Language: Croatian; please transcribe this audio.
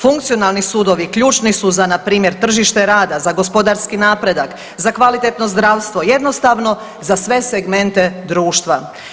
Funkcionalni sudovi ključni su za npr. tržište rada, za gospodarski napredak za kvalitetno zdravstvo, jednostavno za sve segmente društva.